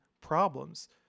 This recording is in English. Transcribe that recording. problems